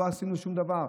לא עשינו שום דבר.